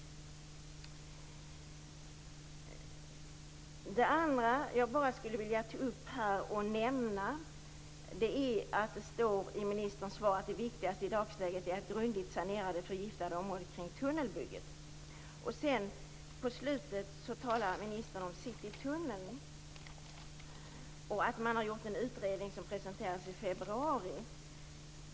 Det andra jag skulle vilja nämna här är att det står i ministerns svar att det viktigaste i dagsläget är att grundligt sanera det förgiftade området kring tunnelbygget. På slutet talar ministern om Citytunneln och att man har gjort en utredning som presenterades i februari.